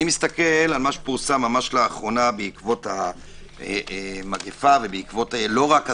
אני מסתכל על מה שפורסם לאחרונה בעקבות המגפה ובעקבות לא רק הסגר,